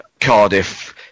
Cardiff